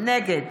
נגד